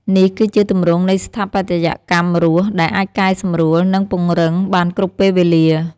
នេះគឺជាទម្រង់នៃ ស្ថាបត្យកម្មរស់ ដែលអាចកែសម្រួល និងពង្រឹងបានគ្រប់ពេលវេលា។